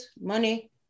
money